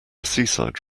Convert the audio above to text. seaside